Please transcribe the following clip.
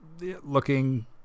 looking